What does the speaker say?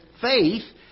faith